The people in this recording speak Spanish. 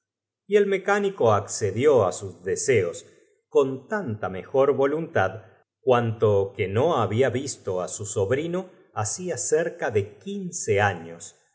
y el mecánico accedió á sus deseos con tanta mejor voluntad cuanto que no había visto á su sobrino hacía e t j v cerca de quince años